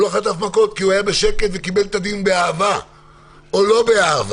הוא לא חטף מכות כי הוא היה בשקט וקיבל את הדין באהבה או לא באהבה.